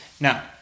Now